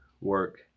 Work